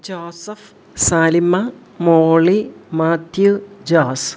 Joseph Salima Molly Mathew Jose